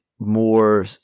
more